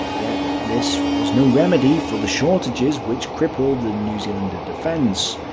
yet this was no remedy for the shortages which crippled the new zealand defence,